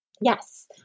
Yes